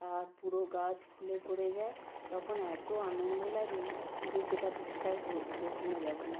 আর পুরো গাছ ফুলে ভরে যায় তখন এত আনন্দ লাগে যে সেটা ভাষায় বোঝানো যাবে না